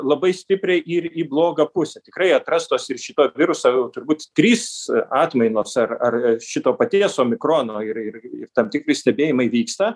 labai stipriai ir į blogą pusę tikrai atrastos ir šito viruso turbūt trys atmainos ar ar šito paties omikrono ir ir tam tikri stebėjimai vyksta